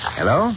Hello